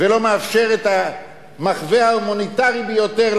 ולא מאפשר את המחווה ההומניטרית ביותר,